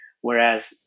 whereas